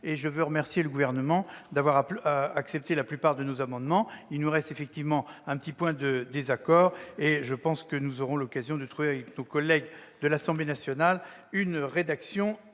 Je veux remercier le Gouvernement d'avoir accepté la plupart de nos amendements. Il nous reste un petit point de désaccord, mais je pense que nous aurons l'occasion de trouver, avec nos collègues de l'Assemblée nationale, une rédaction